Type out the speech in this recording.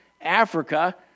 Africa